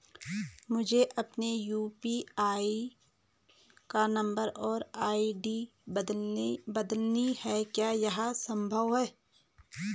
मुझे अपने यु.पी.आई का नम्बर और आई.डी बदलनी है क्या यह संभव है?